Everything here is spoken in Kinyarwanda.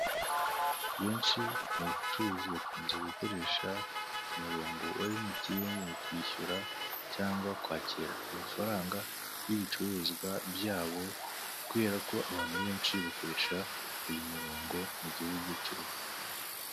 Benshi mu bacuruzi bakunze gukoresha umurongo wa emutiyeni mu kwishyura cyangwa kwakira amafaranga y'ibicuruzwa byabo kubera ko abantu benshi bakoresha uyu murongo mu gihugu cy'u Rwanda.